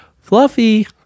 Fluffy